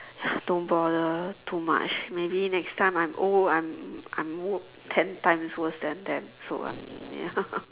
don't bother too much maybe next time I'm old I'm I'm more ten times worst than them so ya